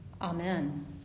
Amen